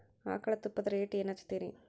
ಆಕಳ ತುಪ್ಪದ ರೇಟ್ ಏನ ಹಚ್ಚತೀರಿ?